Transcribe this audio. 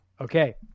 Okay